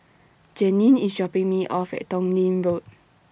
Janeen IS dropping Me off At Tong Lee Road